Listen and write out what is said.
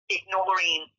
ignoring